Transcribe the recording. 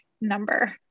number